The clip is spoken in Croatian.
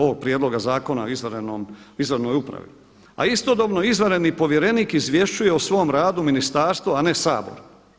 Ovo prijedlogu zakona o izvanrednoj upravi, a istodobno izvanredni povjerenik izvješćuje o svom radu ministarstvo, a ne Sabor.